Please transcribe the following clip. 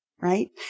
right